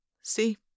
See